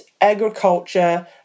Agriculture